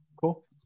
cool